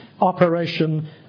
Operation